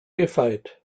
gefeit